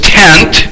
tent